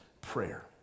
prayer